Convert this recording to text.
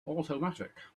automatic